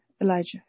Elijah